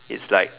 it's like